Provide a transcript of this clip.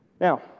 Now